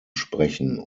sprechen